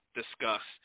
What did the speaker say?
discuss